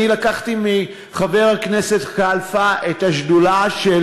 אני לקחתי מחבר הכנסת כלפה את השדולה של